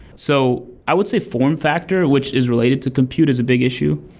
so i would say form factor, which is related to compute is a big issue.